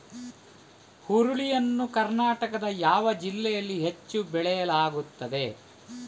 ಹುರುಳಿ ಯನ್ನು ಕರ್ನಾಟಕದ ಯಾವ ಜಿಲ್ಲೆಯಲ್ಲಿ ಹೆಚ್ಚು ಬೆಳೆಯಲಾಗುತ್ತದೆ?